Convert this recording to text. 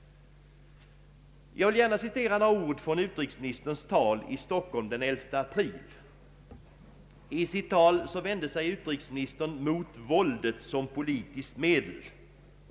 Jag vill gärna citera några ord från utrikesministerns tal i Stockholm den 11 april. I talet vände sig utrikesminis tern mot våldet som politiskt medel.